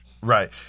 Right